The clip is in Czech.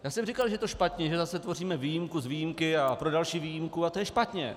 Já jsem říkal, že to je špatně, že zase tvoříme výjimku z výjimky pro další výjimku a to je špatně.